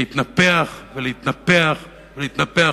להתנפח ולהתנפח ולהתנפח.